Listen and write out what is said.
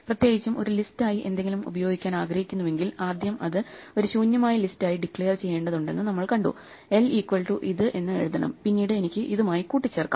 പ്രത്യേകിച്ചും ഒരു ലിസ്റ്റ് ആയി എന്തെങ്കിലും ഉപയോഗിക്കാൻ ആഗ്രഹിക്കുന്നുവെങ്കിൽ ആദ്യം അത് ഒരു ശൂന്യമായ ലിസ്റ്റ് ആയി ഡിക്ലയർ ചെയ്യേണ്ടതുണ്ടെന്ന് നമ്മൾ കണ്ടു l ഈക്വൽ റ്റു ഇത് എന്ന് എഴുതണം പിന്നീട് എനിക്ക് ഇതുമായി കൂട്ടിച്ചേർക്കാം